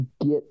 get